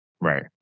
Right